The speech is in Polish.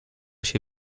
się